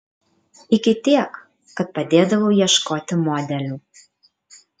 iki tiek kad padėdavau ieškoti modelių